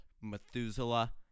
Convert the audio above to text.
Methuselah